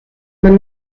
man